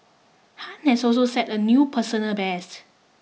Han has also set a new personal best